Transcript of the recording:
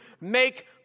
make